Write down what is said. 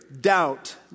doubt